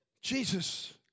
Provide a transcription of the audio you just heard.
Jesus